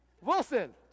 Wilson